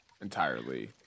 entirely